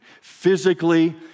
Physically